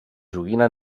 joguina